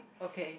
okay